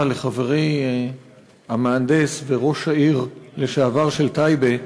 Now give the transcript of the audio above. לחברי המהנדס וראש העיר לשעבר של טייבה,